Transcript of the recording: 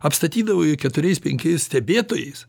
apstatydavau keturiais penkiais stebėtojais